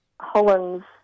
Hollands